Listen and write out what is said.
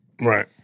Right